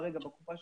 שבוע?